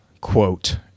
quote